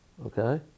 Okay